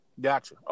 Gotcha